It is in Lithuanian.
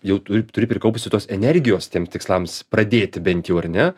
jau tu turi prikaupusi tos energijos tiem tikslams pradėti bent jau ar ne